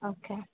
okay